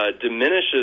diminishes